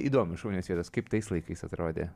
įdomios šaunios vietos kaip tais laikais atrodė